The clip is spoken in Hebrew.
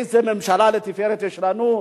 איזה ממשלה לתפארת יש לנו.